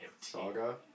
Saga